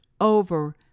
over